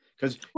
Because-